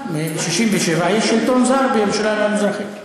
מ-67' יש שלטון זר בירושלים המזרחית.